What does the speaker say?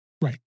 Right